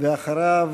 אחריו,